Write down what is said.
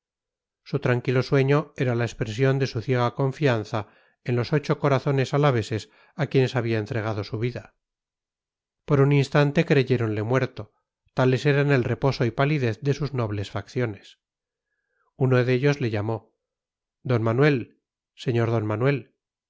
su tranquilo sueño era la expresión de su ciega confianza en los ocho corazones alaveses a quienes había entregado su vida por un instante creyéronle muerto tales eran el reposo y palidez de sus nobles facciones uno de ellos le llamó d manuel sr d manuel